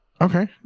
okay